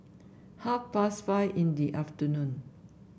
half past five in the afternoon